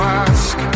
ask